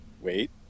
wait